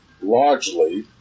largely